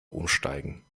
umsteigen